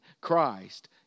Christ